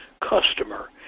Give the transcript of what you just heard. customer